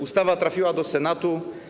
Ustawa trafiła do Senatu.